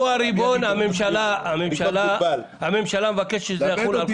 הוא הריבון, הממשלה מבקשת שזה יחול על כולם.